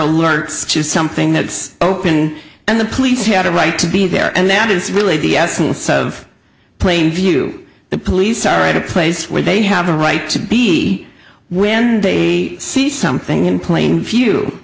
alerts to something that's open and the police had a right to be there and that is really the essel so of plainview the police are at a place where they have a right to be when they see something in plain view